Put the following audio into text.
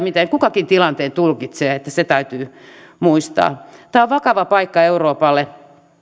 miten kukakin tilanteen tulkitsee se täytyy muistaa tämä on vakava paikka euroopalle